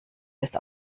des